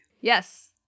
Yes